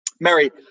Mary